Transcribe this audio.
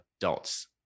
adults